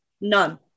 None